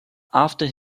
after